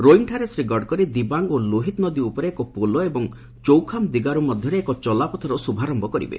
ରୋଇଙ୍ଗଠାରେ ଶୀ ଗଡ଼କରୀ ଦିବାଙ୍ଗ୍ ଓ ଲୋହିତ ନଦୀ ଉପରେ ଏକ ପୋଲ ଏବଂ ଚୌଖାମ୍ ଦିଗାରୁ ମଧ୍ୟରେ ଏକ ଚଲାପଥର ଶ୍ରଭାରମ୍ଭ କରିବେ